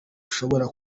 ushobora